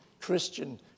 Christian